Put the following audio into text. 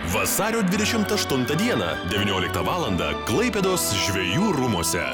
vasario dvidešimt aštuntą dieną devynioliktą valandą klaipėdos žvejų rūmuose